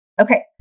Okay